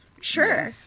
Sure